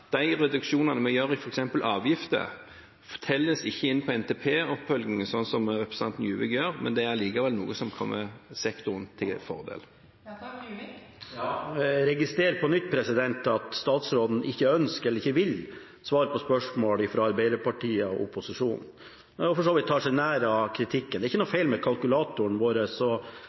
De reduksjonene vi gjør f.eks. når det gjelder avgifter, telles ikke med i NTP-oppfølgingen, slik som representanten Juvik gjør, men det er likevel noe som er til sektorens fordel. Jeg registrerer på nytt at statsråden ikke ønsker å svare, eller ikke vil, på spørsmål fra Arbeiderpartiet og opposisjonen og for så vidt tar seg nær av kritikken. Det er ikke noe feil med kalkulatoren